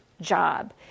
job